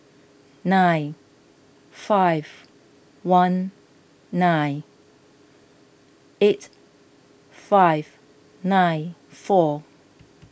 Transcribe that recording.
nine five one nine eight five nine four